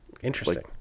interesting